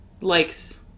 likes